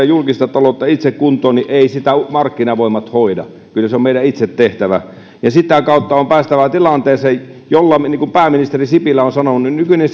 julkista taloutta itse kuntoon niin eivät sitä markkinavoimat hoida kyllä se on meidän itse tehtävä ja sitä kautta on päästävä tilanteeseen jolla saavutetaan niin kuin pääministeri sipilä on sanonut nykyinen